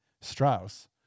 Strauss